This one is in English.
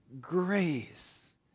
grace